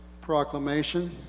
proclamation